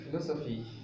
Philosophy